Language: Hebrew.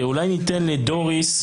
אולי ניתן לדוריס,